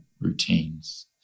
routines